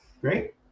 Great